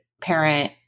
parent